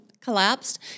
collapsed